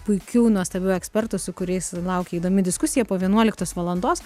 puikių nuostabių ekspertų su kuriais laukia įdomi diskusija po vienuoliktos valandos